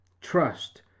Trust